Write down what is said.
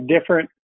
different